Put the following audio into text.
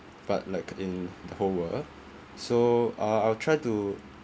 but like in the whole world so I'll I'll try to